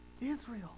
Israel